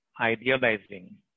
idealizing